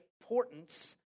importance